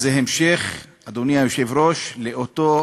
אז זה המשך, אדוני היושב-ראש, לאותו